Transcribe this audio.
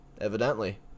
Evidently